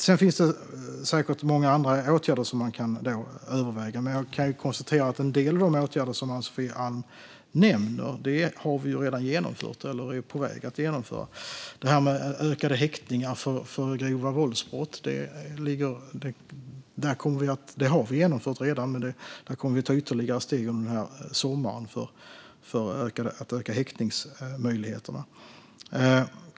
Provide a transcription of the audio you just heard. Sedan finns det säkert många andra åtgärder som kan övervägas. Jag konstaterar att vi redan har genomfört eller är på väg att genomföra en del av de åtgärder som Ann-Sofie Alm nämner. Ökade häktningar för grova våldsbrott har vi redan genomfört, och vi kommer under sommaren att ta ytterligare steg för att öka häktningsmöjligheterna.